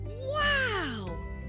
Wow